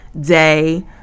day